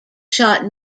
shot